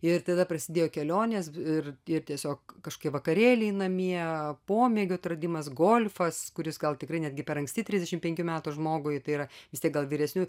ir tada prasidėjo kelionės ir ir tiesiog kažkokie vakarėliai namie pomėgių atradimas golfas kuris gal tikrai netgi per anksti trisdešimt penkių metų žmogui tai yra vis tiek gal vyresnių